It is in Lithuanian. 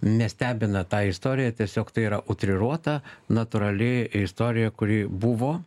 nestebina ta istorija tiesiog tai yra utriruota natūrali istorija kuri buvo